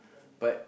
but